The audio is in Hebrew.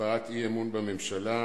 הבעת אי-אמון בממשלה,